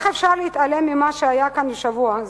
איך אפשר להתעלם ממה שהיה כאן בשבוע הזה?